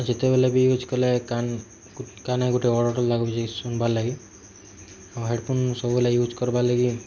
ଯେତେବେଲେ ବି ୟୁଜ୍ କଲେ କାନ କାନେ ଗୁଟେ ଅଡ଼ ଲାଗୁଛି ଶୁନବାର୍ ଲାଗି ଆଉ ହେଡ଼ଫୋନ୍ ସବୁବେଲେ ୟୁଜ୍ କରବାର୍ ଲାଗି